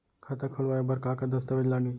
खाता खोलवाय बर का का दस्तावेज लागही?